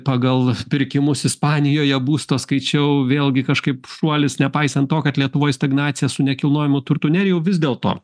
pagal pirkimus ispanijoje būsto skaičiau vėlgi kažkaip šuolis nepaisant to kad lietuvoj stagnacija su nekilnojamu turtu nerijau vis dėlto